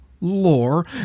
lore